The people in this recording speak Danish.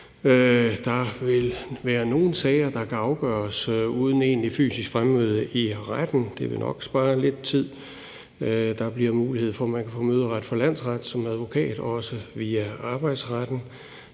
Der vil være nogle sager, der kan afgøres uden egentligt fysisk fremmøde i retten. Det vil nok spare lidt tid. Der bliver mulighed for, at man som advokat kan få møderet for landsretten, også via arbejdsretten.